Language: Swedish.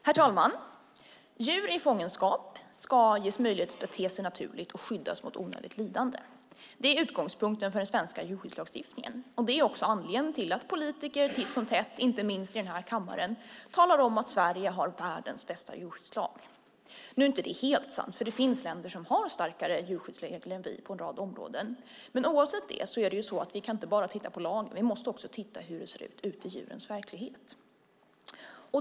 Herr talman! Djur i fångenskap ska ges möjlighet att bete sig naturligt och skyddas mot onödigt lidande. Det är utgångspunkten för den svenska djurskyddslagstiftningen, och det är också anledningen till att politiker titt som tätt - inte minst i denna kammare - talar om att Sverige har världens bästa djurskyddslag. Nu är det visserligen inte helt sant; det finns länder som har starkare djurskyddsregler än vi på en rad områden. Oavsett detta kan vi dock inte bara titta på lagen, utan vi måste också titta hur det ser ut ute i djurens verklighet.